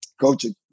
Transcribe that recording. Coaching